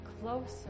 Closer